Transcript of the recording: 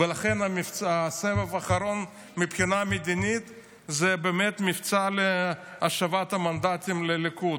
ולכן הסבב האחרון מבחינה מדינית זה באמת מבצע להשבת המנדטים לליכוד,